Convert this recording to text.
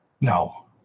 No